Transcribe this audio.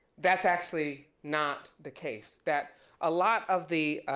that's actually not the case, that a lot of the